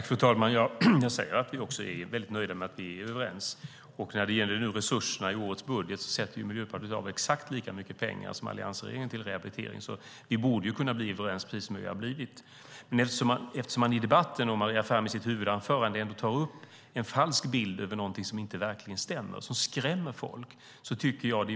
Fru talman! Jag säger att vi också är väldigt nöjda med att vi är överens. När det gäller resurserna i årets budget sätter ju Miljöpartiet av exakt lika mycket pengar som alliansregeringen till rehabilitering, så vi borde ju kunna bli överens precis som vi har blivit. I debatten och i sitt huvudanförande ger Maria Ferm en falsk bild som verkligen inte stämmer, som skrämmer folk.